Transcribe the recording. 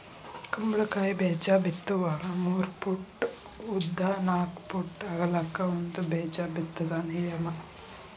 ಕುಂಬಳಕಾಯಿ ಬೇಜಾ ಬಿತ್ತುವಾಗ ಮೂರ ಪೂಟ್ ಉದ್ದ ನಾಕ್ ಪೂಟ್ ಅಗಲಕ್ಕ ಒಂದ ಬೇಜಾ ಬಿತ್ತುದ ನಿಯಮ